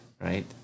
Right